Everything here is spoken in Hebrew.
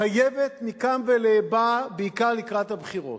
חייבת מכאן ולהבא, בעיקר לקראת הבחירות,